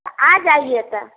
तो आ जाइए तो